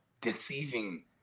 deceiving